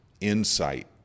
insight